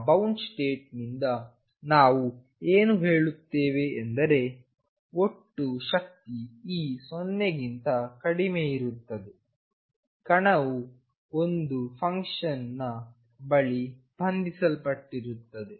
ಆ ಬೌಂಡ್ ಸ್ಟೇಟ್ನಿಂದ ನಾವು ಏನು ಹೇಳುತ್ತೇವೆಅಂದರೆ ಒಟ್ಟು ಶಕ್ತಿ E 0ಗಿಂತ ಕಡಿಮೆಯಿರುತ್ತದೆ ಕಣವು ಒಂದು ಫಂಕ್ಷನ್ನ ಬಳಿ ಬಂಧಿಸಲ್ಪಡುತ್ತದೆ